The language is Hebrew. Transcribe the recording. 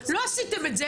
לא עשיתם את זה,